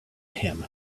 him